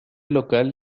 local